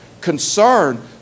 Concern